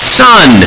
son